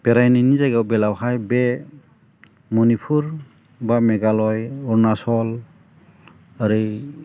बेरायनायनि जायगायाव बेलायावहाय बे मनिपुर बा मेघालय अरुनासल ओरै